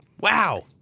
Wow